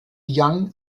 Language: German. young